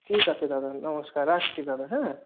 ঠিক আছে দাদা নমস্কার রাখছি দাদা হ্যাঁ